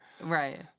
Right